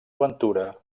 aventura